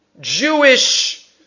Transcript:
Jewish